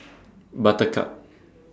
Buttercup